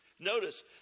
Notice